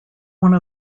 one